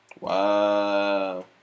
Wow